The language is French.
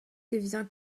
devient